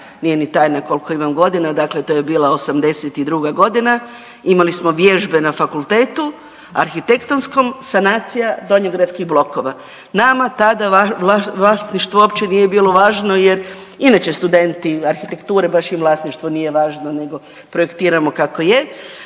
nije ni tajna koliko imam godina, dakle to je bila '82.g., imali smo vježbe na fakultetu arhitektonskom, sanacija donjogradskih blokova. Nama tada vlasništvo uopće nije bilo važno jer inače studenti arhitekture baš im vlasništvo nije važno nego projektiramo kako je,